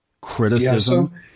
criticism